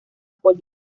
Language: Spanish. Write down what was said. policía